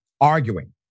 arguing